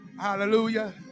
Hallelujah